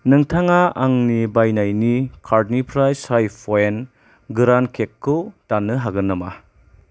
नोंथाङा आंनि बायनायनि कार्टनिफ्राय चाय पयेन्ट गोरान केकखौ दान्नो हागोन नामा